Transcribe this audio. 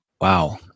Wow